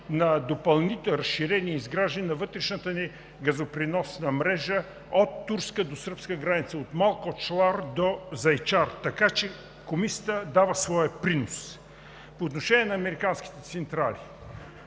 за разширение и изграждане на вътрешната ни газопреносна мрежа от турска до сръбска граница – от Малкочлар до Зайчар, така че Комисията дава своя принос. По отношение на американските централи